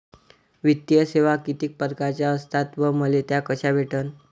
वित्तीय सेवा कितीक परकारच्या असतात व मले त्या कशा भेटन?